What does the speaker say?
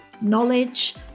knowledge